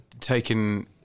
taken